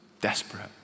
desperate